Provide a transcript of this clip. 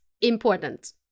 important